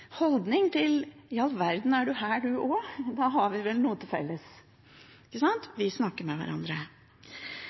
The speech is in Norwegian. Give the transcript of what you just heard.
I all verden, er du her, du også – da har vi vel noe til felles? Vi snakker med hverandre.